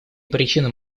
причинам